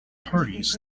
parties